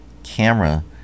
camera